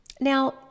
Now